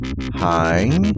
Hi